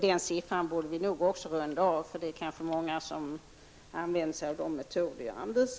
Den siffran borde vi nog runda av, eftersom det kanske är många som använder de metoder jag pekat på.